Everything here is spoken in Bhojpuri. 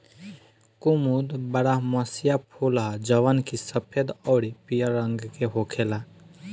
कुमुद बारहमसीया फूल ह जवन की सफेद अउरी पियर रंग के होखेला